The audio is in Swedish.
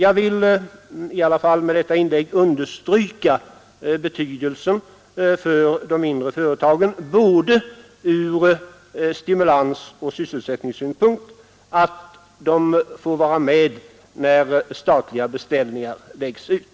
Med detta inlägg vill jag i alla fall understryka betydelsen för de mindre företagen ur både stimulansoch sysselsättningssynpunkt — att de får vara med när statliga beställningar läggs ut.